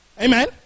Amen